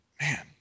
Man